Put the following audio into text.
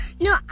No